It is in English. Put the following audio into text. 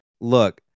Look